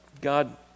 God